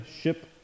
ship